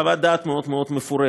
חוות דעת מאוד מאוד מפורטת,